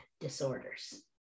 disorders